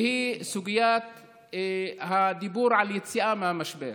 והיא סוגית הדיבור על יציאה מהמשבר.